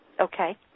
Okay